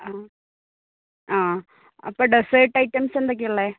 ആ ആ appam dessert items എന്തൊക്കെയാണ് ഉള്ളത്